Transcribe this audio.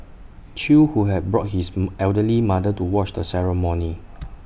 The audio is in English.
chew who had brought his elderly mother to watch the ceremony